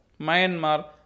Myanmar